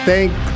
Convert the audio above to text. Thank